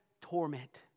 torment